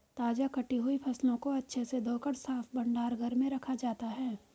ताजा कटी हुई फसलों को अच्छे से धोकर साफ भंडार घर में रखा जाता है